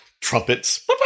Trumpets